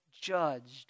judged